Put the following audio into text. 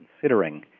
considering